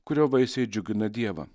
kurio vaisiai džiugina dievą